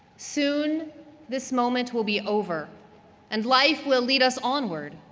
soon this moment will be over and life will lead us onward.